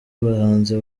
abahanzi